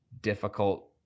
difficult